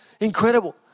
Incredible